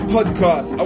Podcast